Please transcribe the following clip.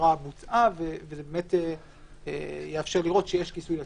שההעברה בוצעה, וזה יאפשר לראות שיש כיסוי לשיק.